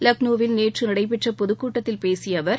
லக்னோவில் நேற்று நடைபெற்ற பொதுக்கூட்டத்தில் பேசிய அவர்